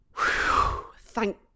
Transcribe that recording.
thank